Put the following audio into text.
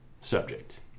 subject